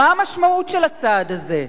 מה המשמעות של הצעד הזה?